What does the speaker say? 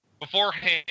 beforehand